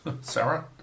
Sarah